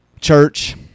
church